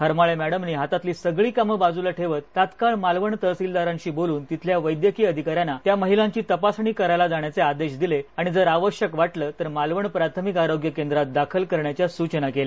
खरमाळे मॅडमनी हातातली सगळी काम बाजूला ठेवत तात्काळ मालवण तहसीलदारांशी बोलून तिथल्या वैद्यकीय अधिकाऱ्यांना त्या महिलांची तपासणी करायला जाण्याचे आदेश दिले आणि जर आवश्यक वा िि तर मालवण प्राथमिक आरोग्य केंद्रात दाखल करण्याच्या सुचना केल्या